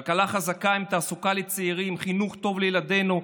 כלכלה חזקה עם תעסוקה לצעירים, חינוך טוב לילדינו,